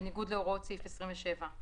בניגוד להוראות סעיף 27,